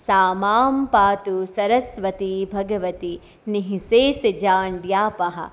સા માસ્ પાતુ સરસ્વતી ભગવતી નિ શેષ જાડ્યાપહા